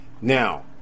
now